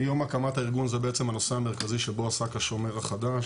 מיום הקמת הארגון זה בעצם הנושא המרכזי שבו עסק השומר החדש,